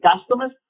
customers